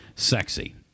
Sexy